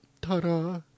Ta-da